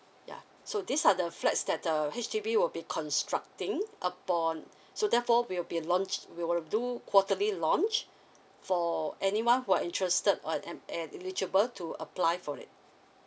ya so these are the flats that the H_D_B will be constructing upon so therefore will be launched we will do quarterly launch for anyone who are interested or am uh eligible to apply for it